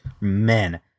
men